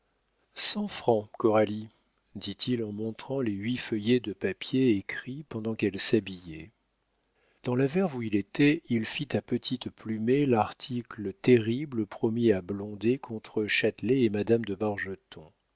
francs coralie dit-il en montrant les huit feuillets de papier écrits pendant qu'elle s'habillait dans la verve où il était il fit à petites plumées l'article terrible promis à blondet contre châtelet et madame de